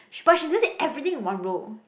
sh~ but she does it everything in one row